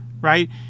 Right